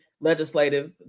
Legislative